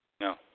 No